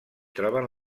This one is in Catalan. troben